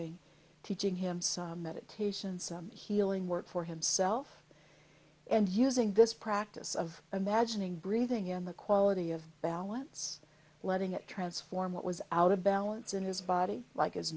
doing teaching him some meditation some healing work for himself and using this practice of imagining breathing in the quality of balance letting it transform what was out of balance in his body like as